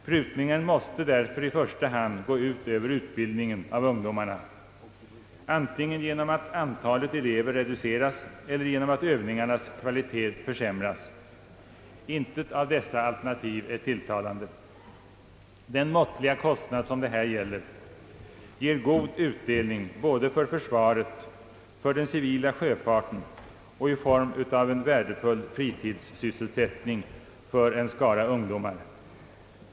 Prutningen måste därför i första hand gå ut över utbildningen av ungdomarna, antingen genom att antalet elever reduceras eller genom att Öövningarnas kvalitet försämras. Intet av dessa alternativ är tilltalande. Den måttliga kostnad det här gäller ger god utdelning både för försvaret och den civila sjöfarten och i form av värdefull fritidssysselsättning för en skara ungdomar.